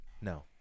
no